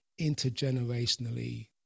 intergenerationally